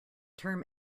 term